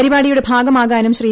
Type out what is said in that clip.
പരിപാടിയുടെ ഭാഗമാകാനും ശ്രീ